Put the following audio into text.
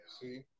See